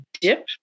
dip